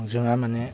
जोङा माने